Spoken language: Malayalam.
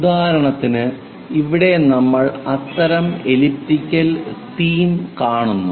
ഉദാഹരണത്തിന് ഇവിടെ നമ്മൾ അത്തരം എലിപ്റ്റിക്കൽ തീം കാണുന്നു